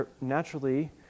naturally